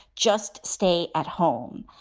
just stay at home.